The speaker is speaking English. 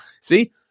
See